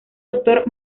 doctor